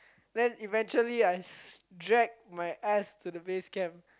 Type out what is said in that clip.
then eventually I dragged my ass to the base camp